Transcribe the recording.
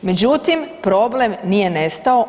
Međutim, problem nije nestao.